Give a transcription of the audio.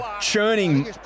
churning